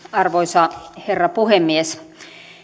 arvoisa herra puhemies